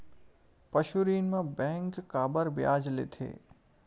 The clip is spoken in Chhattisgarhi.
पशु ऋण म बैंक काबर ब्याज लेथे?